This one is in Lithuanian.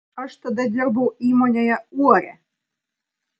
aš tada dirbau įmonėje uorė